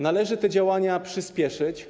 Należy te działania przyspieszyć.